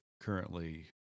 currently